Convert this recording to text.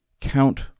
count